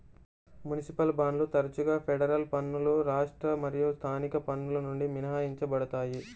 municipal బాండ్లు తరచుగా federal పన్నులు రాష్ట్ర మరియు స్థానిక పన్నుల నుండి మినహాయించబడతాయి